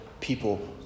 people